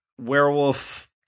werewolf